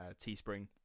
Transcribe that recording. Teespring